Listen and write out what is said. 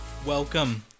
Welcome